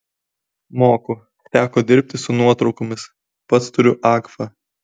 moku teko dirbti su nuotraukomis pats turiu agfa